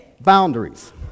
boundaries